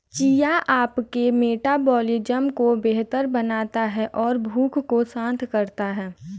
chia आपके metabolism को बेहतर बनाता है और भूख को शांत करता है